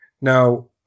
Now